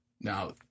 now